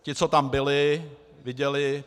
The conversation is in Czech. Ti, co tam byli, viděli...